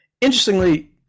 interestingly